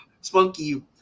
spunky